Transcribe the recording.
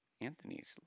Anthony's